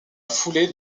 foulée